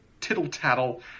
tittle-tattle